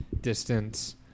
distance